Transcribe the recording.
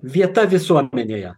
vieta visuomenėje